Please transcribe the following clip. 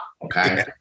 Okay